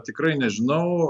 tikrai nežinau